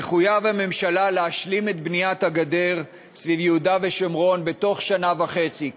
תחויב הממשלה להשלים את בניית הגדר סביב יהודה ושומרון בתוך שנה וחצי.